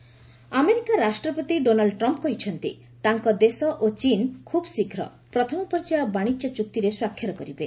Trump ଚୀନ trade America ରାଷ୍ଟ୍ରପତି Donald Trump କହିଛନ୍ତି ତାଙ୍କ ଦେଶ ଓ ଚୀନ୍ ଖ୍ରବ୍ ଶୀଘ୍ର ପ୍ରଥମ ପର୍ଯ୍ୟାୟ ବାଣିଜ୍ୟ ଚୂକ୍ତିରେ ସ୍ୱାକ୍ଷର କରିବେ